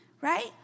right